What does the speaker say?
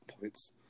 points